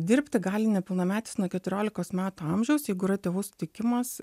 dirbti gali nepilnametis nuo keturiolikos metų amžiaus jeigu yra tėvų sutikimas